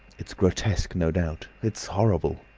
it's grotesque, no doubt. it's horrible!